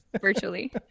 virtually